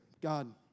God